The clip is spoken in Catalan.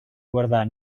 guardar